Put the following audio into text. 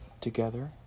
together